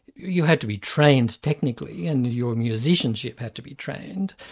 you had to be trained technically and your musicianship had to be trained,